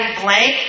blank